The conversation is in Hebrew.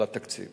לתקציב.